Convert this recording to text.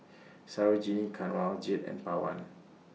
Sarojini Kanwaljit and Pawan